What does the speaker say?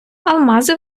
алмази